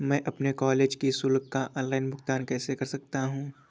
मैं अपने कॉलेज की शुल्क का ऑनलाइन भुगतान कैसे कर सकता हूँ?